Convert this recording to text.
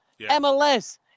MLS